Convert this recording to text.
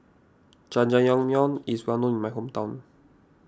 Jajangmyeon is well known in my hometown